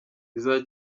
iza